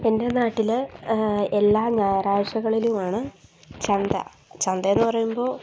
എൻ്റെ നാട്ടിൽ എല്ലാ ഞായറാഴ്ചകളിലുമാണ് ചന്ത ചന്തയെന്ന് പറയുമ്പോൾ